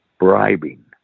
Bribing